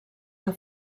que